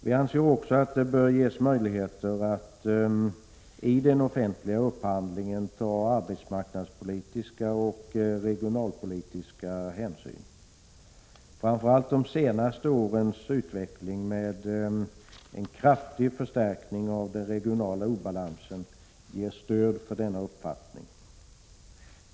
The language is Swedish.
Vi anser också att det bör ges möjligheter att i den offentliga upphandlingen ta arbetsmarknadspolitiska och regionalpolitiska hänsyn. Framför allt de senaste årens utveckling med en kraftig förstärkning av den regionala obalansen ger stöd för denna uppfattning.